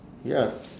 ya